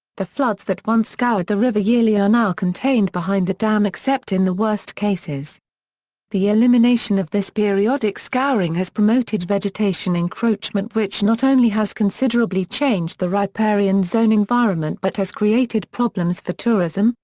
the floods that once scoured the river yearly are now contained behind the dam except in the worst cases the elimination of this periodic scouring has promoted vegetation encroachment which not only has considerably changed the riparian zone environment but has created problems for tourism,